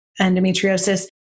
endometriosis